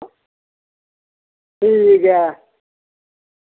ठीक ऐ